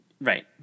Right